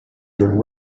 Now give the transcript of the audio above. during